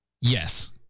yes